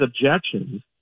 objections